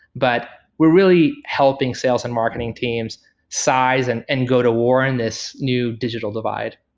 but we're really helping sales and marketing teams size and and go to war in this new digital divide